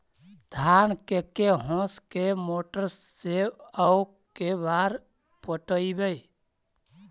धान के के होंस के मोटर से औ के बार पटइबै?